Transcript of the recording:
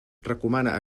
recomana